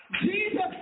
Jesus